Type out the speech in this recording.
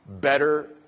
better